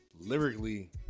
lyrically